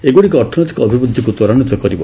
ଏଗୁଡ଼ିକ ଅର୍ଥନୈତିକ ଅଭିବୃଦ୍ଧିକୁ ତ୍ୱରାନ୍ୱିତ କରିବ